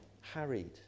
harried